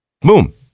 Boom